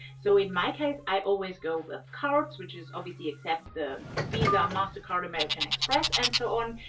so in my case, i always go with cards, which is obviously accept the visa, mastercard, american express, and so on.